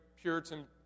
Puritan